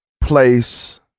place